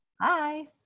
hi